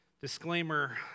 Disclaimer